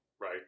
right